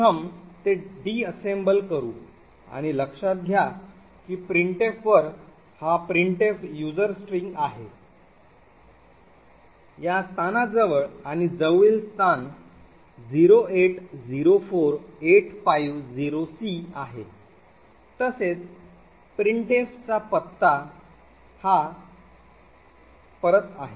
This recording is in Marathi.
प्रथम ते डिसेसेबल करू आणि लक्षात घ्या की printf वर हा printf user string आहे या स्थानाजवळ आणि जवळील स्थान 0804850c आहे तसेच प्रिंटफ चा हा परत पत्ता आहे